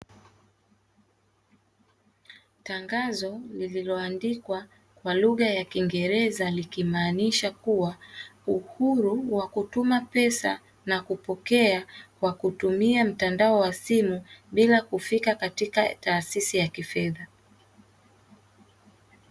Tangazo lililoandikwa kwa lugha ya kiingereza, likimaanisha kuwa, uhuru wa kutuma pesa na kupokea kwa kutumia mtandao wa simu bila kufika taasisi ya kifedha.